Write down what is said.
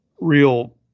real